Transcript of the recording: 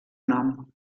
nom